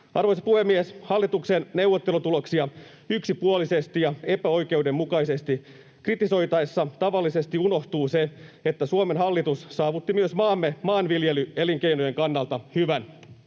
Arvoisa puhemies! Hallituksen neuvottelutuloksia yksipuolisesti ja epäoikeudenmukaisesti kritisoitaessa tavallisesti unohtuu se, että Suomen hallitus saavutti myös maamme maanviljelyelinkeinojen kannalta hyvän